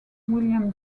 william